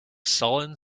sullen